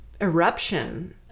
eruption